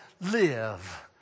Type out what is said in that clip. live